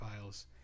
files